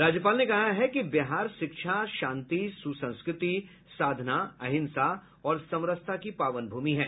राज्यपाल ने कहा है कि बिहार शिक्षा शांति सुसंस्कृति साधना अहिंसा और समरसता की पावन भूमि है